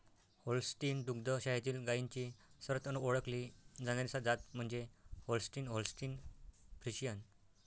Holstein दुग्ध शाळेतील गायींची सर्वात ओळखली जाणारी जात म्हणजे होल्स्टीन होल्स्टीन फ्रिशियन